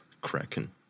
Kraken